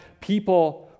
people